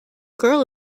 girl